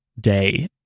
day